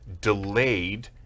delayed